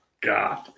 God